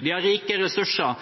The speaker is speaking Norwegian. Vi har rike ressurser